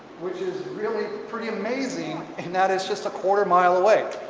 which is really pretty amazing and that it's just a quarter-mile away.